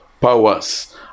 powers